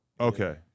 Okay